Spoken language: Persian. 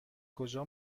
کجا